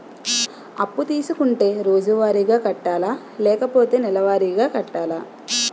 అప్పు తీసుకుంటే రోజువారిగా కట్టాలా? లేకపోతే నెలవారీగా కట్టాలా?